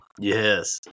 Yes